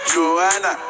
Joanna